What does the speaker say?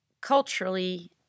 culturally